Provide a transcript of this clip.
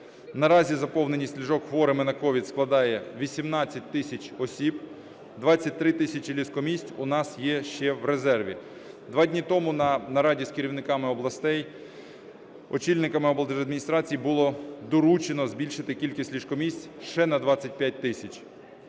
Наразі заповненість ліжок хворими на COVID складає 18 тисяч осіб, 23 тисячі ліжко-місць у нас є ще в резерві. Два дні тому на нараді з керівниками областей, очільниками облдержадміністрацій, було доручено збільшити кількість ліжко-місць ще на 25 тисяч.